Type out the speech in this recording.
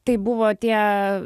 tai buvo tie